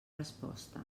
resposta